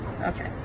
okay